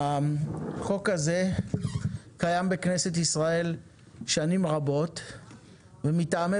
החוק הזה קיים בכנסת ישראל שנים רבות ומטעמי